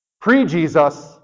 Pre-Jesus